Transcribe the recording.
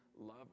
love